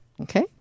Okay